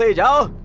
ah dog,